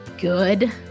good